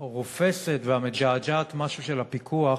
הרופסת והמג'עג'עת משהו של הפיקוח